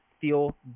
feel